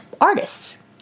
artists